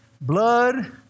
blood